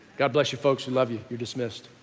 god bless you folks. and love you. you're dismissed.